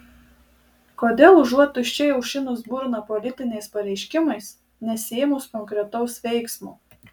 kodėl užuot tuščiai aušinus burną politiniais pareiškimais nesiėmus konkretaus veiksmo